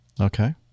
Okay